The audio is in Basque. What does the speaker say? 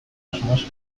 asmoz